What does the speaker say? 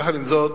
יחד עם זאת,